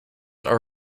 are